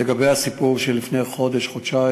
לגבי הסיפור מלפני חודש-חודשיים,